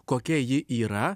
kokia ji yra